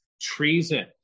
treason